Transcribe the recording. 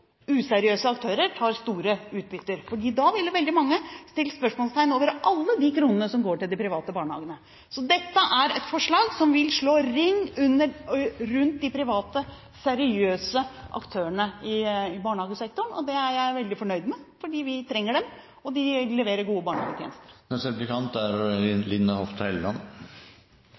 useriøse aktører tar store utbytter, for da ville veldig mange sette spørsmålstegn ved alle de kronene som går til de private barnehagene. Så dette er et forslag som vil slå ring rundt de private seriøse aktørene i barnehagesektoren. Det er jeg veldig fornøyd med, fordi vi trenger dem, og de leverer gode barnehagetjenester. Det er